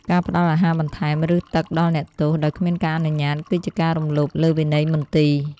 ការផ្ដល់អាហារបន្ថែម ឬទឹកដល់អ្នកទោសដោយគ្មានការអនុញ្ញាត គឺជាការរំលោភលើវិន័យមន្ទីរ។